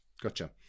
gotcha